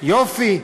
יופי.